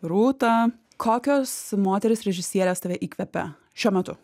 rūta kokios moterys režisierės tave įkvepia šiuo metu